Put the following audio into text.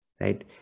right